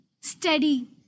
steady